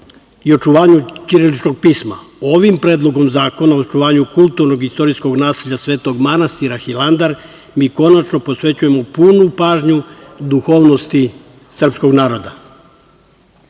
i očuvanju ćiriličnog pisma. Ovim Predlogom zakona o očuvanju kulturnog i istorijskog nasleđa Svetog manastira Hilandar mi konačno posvećujemo punu pažnju duhovnosti srpskog naroda. Kada